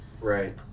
Right